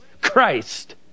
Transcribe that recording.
Christ